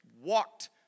walked